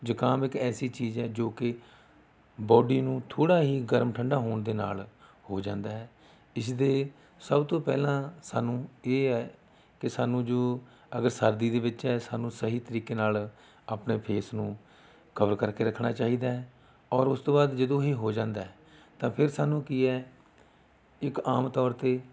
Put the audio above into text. ਜ਼ੁਕਾਮ ਇੱਕ ਐਸੀ ਚੀਜ਼ ਹੈ ਜੋ ਕਿ ਬੋਡੀ ਨੂੰ ਥੋੜ੍ਹਾ ਹੀ ਗਰਮ ਠੰਡਾ ਹੋਣ ਦੇ ਨਾਲ ਹੋ ਜਾਂਦਾ ਹੈ ਇਸ ਦੇ ਸਭ ਤੋਂ ਪਹਿਲਾਂ ਸਾਨੂੰ ਇਹ ਆ ਕਿ ਸਾਨੂੰ ਜੋ ਅਗਰ ਸਰਦੀ ਦੇ ਵਿੱਚ ਹੈ ਤਾਂ ਸਾਨੂੰ ਸਹੀ ਤਰੀਕੇ ਨਾਲ ਆਪਣੇ ਫੇਸ ਨੂੰ ਕਵਰ ਕਰਕੇ ਰੱਖਣਾ ਚਾਹੀਦਾ ਹੈ ਔਰ ਉਸ ਤੋਂ ਬਾਅਦ ਜਦੋਂ ਇਹ ਹੋ ਜਾਂਦਾ ਹੈ ਤਾਂ ਫਿਰ ਸਾਨੂੰ ਕੀ ਏ ਇੱਕ ਆਮ ਤੌਰ 'ਤੇ